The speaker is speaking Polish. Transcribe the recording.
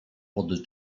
pod